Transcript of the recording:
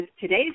today's